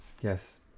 Yes